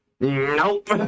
Nope